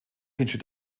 entsteht